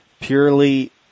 purely